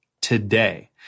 today